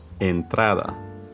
entrada